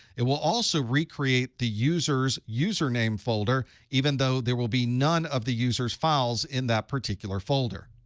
it will also recreate the user's username folder, even though there will be none of the user's files in that particular folder.